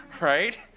right